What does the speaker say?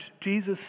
Jesus